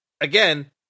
again